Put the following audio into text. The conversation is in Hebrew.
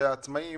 העצמאים